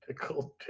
Pickled